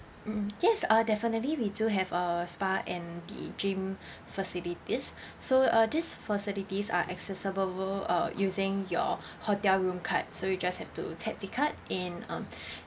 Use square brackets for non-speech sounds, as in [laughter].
mm yes uh definitely we do have uh spa and the gym facilities so uh these facilities are accessible were uh using your hotel room card so you just have to tap the card and um [breath]